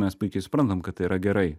mes puikiai suprantam kad tai yra gerai